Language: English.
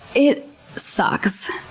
it sucks.